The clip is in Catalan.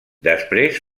després